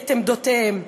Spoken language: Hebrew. את עמדותיהם.